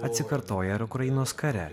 atsikartoja ir ukrainos kare